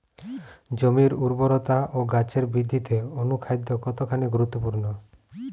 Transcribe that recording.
জমির উর্বরতা ও গাছের বৃদ্ধিতে অনুখাদ্য কতখানি গুরুত্বপূর্ণ?